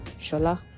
Shola